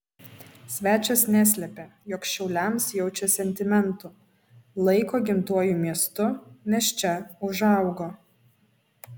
svečias neslėpė jog šiauliams jaučia sentimentų laiko gimtuoju miestu nes čia užaugo